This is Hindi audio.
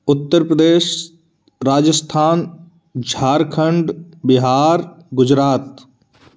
उत्तर प्रदेश राजस्थान झारखण्ड बिहार गुजरात